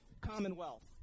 commonwealth